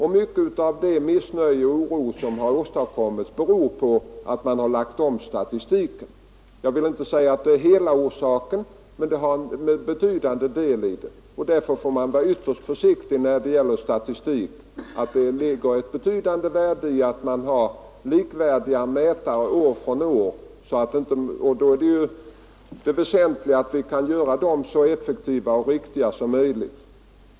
Mycket av det missnöje och den oro som har åstadkommits beror på att man har lagt om statistiken. Jag vill inte säga att det är hela orsaken, men det är en betydande del. Därför får man vara ytterst försiktig när det gäller statistik. Det ligger ett betydande värde i att man har likvärdiga mätare år från år, och det väsentliga är att vi kan göra dem så effektiva och riktiga som möjligt.